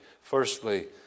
Firstly